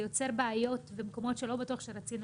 זה יוצר בעיות במקומות שלא בטוח שרצינו.